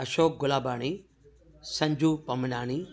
Ashok Gulabani Sanju Pamlani